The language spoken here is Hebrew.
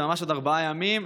שזה ממש עוד ארבעה ימים,